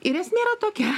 ir esmė yra tokia